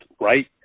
right